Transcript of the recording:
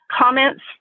comments